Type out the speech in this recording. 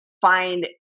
find